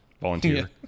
Volunteer